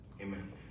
Amen